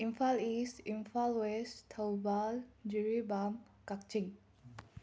Imphal east Imphal west Thoubal Jiribam Kakching